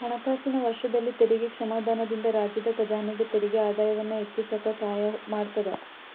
ಹಣಕಾಸಿನ ವರ್ಷದಲ್ಲಿ ತೆರಿಗೆ ಕ್ಷಮಾದಾನದಿಂದ ರಾಜ್ಯದ ಖಜಾನೆಗೆ ತೆರಿಗೆ ಆದಾಯವನ್ನ ಹೆಚ್ಚಿಸಕ ಸಹಾಯ ಮಾಡತದ